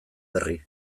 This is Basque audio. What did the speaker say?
berri